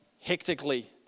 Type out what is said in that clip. hectically